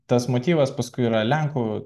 tas motyvas paskui yra lenkų